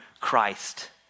Christ